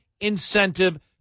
incentive